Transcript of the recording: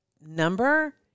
number